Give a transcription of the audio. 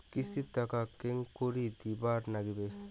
কিস্তির টাকা কেঙ্গকরি দিবার নাগীবে?